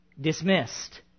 dismissed